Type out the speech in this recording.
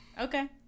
Okay